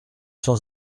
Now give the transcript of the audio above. sans